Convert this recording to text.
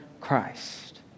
Christ